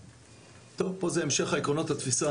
פה זה המשך עקרונות התפיסה,